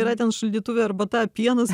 yra ten šaldytuve arbata pienas